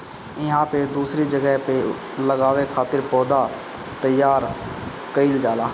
इहां पे दूसरी जगह पे लगावे खातिर पौधा तईयार कईल जाला